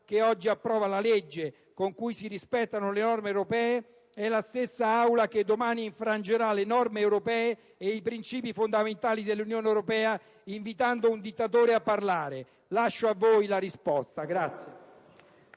che oggi approva la legge con cui si rispettano le norme europee, le quali domani però infrangerà insieme ai principi fondamentali dell'Unione europea, invitando un dittatore a parlare. Lascio a voi la risposta.